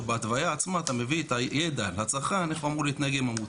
שבהוויה עצמה אתה מביא את הידע לצרכן איך הוא אמור להתנהג עם המוצר.